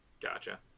Gotcha